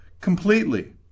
completely